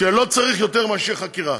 שלא צריך יותר מאשר חקירה.